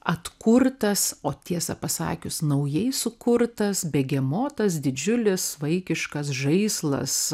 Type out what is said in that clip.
atkurtas o tiesą pasakius naujai sukurtas begemotas didžiulis vaikiškas žaislas